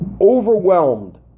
overwhelmed